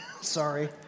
Sorry